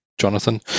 Jonathan